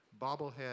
bobblehead